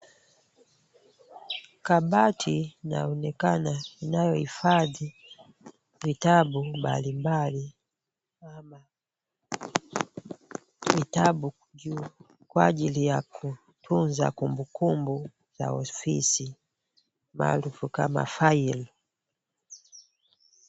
Kabati laonekana inayohifadhi vitabu mbalimbali ama vitabu kwa ajili ya kutunza kumbukumbu za ofisi maarufu kama file .